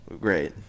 Great